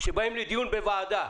שבאים לדיון בוועדה,